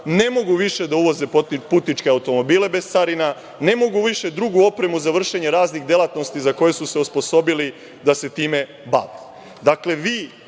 ne mogu više da uvoze putničke automobile bez carina, ne mogu više drugu opremu za vršenje raznih delatnosti za koje su se osposobili da se time